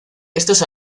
estos